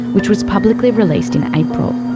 which was publicly released in april.